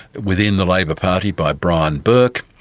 within the labor party by brian burke,